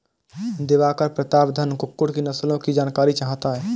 दिवाकर प्रतापधन कुक्कुट की नस्लों की जानकारी चाहता है